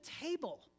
table